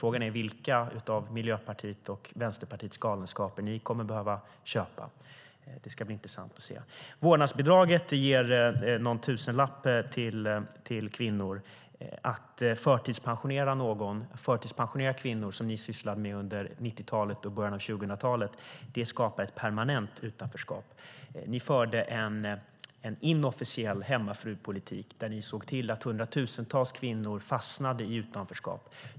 Frågan är vilka av Miljöpartiets och Vänsterpartiets galenskaper ni kommer att behöva köpa. Det ska bli intressant att se. Vårdnadsbidraget ger någon tusenlapp till kvinnor. Att förtidspensionera kvinnor, som ni sysslade med under 90-talet och i början av 2000-talet, skapar ett permanent utanförskap. Ni förde en inofficiell hemmafrupolitik, där ni såg till att hundratusentals kvinnor fastnade i utanförskap.